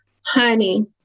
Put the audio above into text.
honey